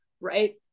right